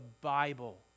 Bible